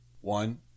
One